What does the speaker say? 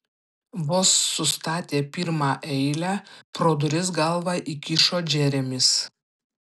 vos sustatė pirmą eilę pro duris galvą įkišo džeremis